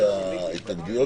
תודה.